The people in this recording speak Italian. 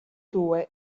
due